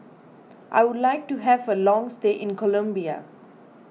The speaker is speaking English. I would like to have a long stay in Colombia